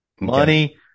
Money